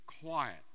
quiet